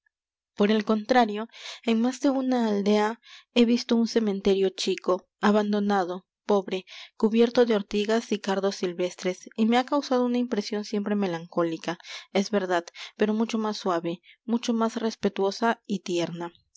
por el contrario en más de una aldea he visto un cementerio chico abandonado pobre cubierto de ortigas y cardos silvestres y me ha causado una impresión siempre melancólica es verdad pero mucho más suave mucho más respetuosa y tierna